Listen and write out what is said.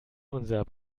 unser